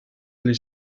oli